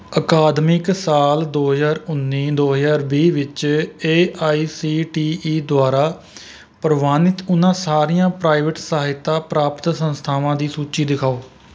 ਅਕਾਦਮਿਕ ਸਾਲ ਦੋ ਹਜ਼ਾਰ ਉਨ੍ਹੀ ਦੋ ਹਜ਼ਾਰ ਵੀਹ ਵਿੱਚ A I C T E ਦੁਆਰਾ ਪ੍ਰਵਾਨਿਤ ਉਹਨਾਂ ਸਾਰੀਆਂ ਪ੍ਰਾਈਵੇਟ ਸਹਾਇਤਾ ਪ੍ਰਾਪਤ ਸੰਸਥਾਵਾਂ ਦੀ ਸੂਚੀ ਦਿਖਾਉ